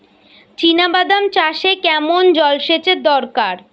চিনাবাদাম চাষে কেমন জলসেচের দরকার?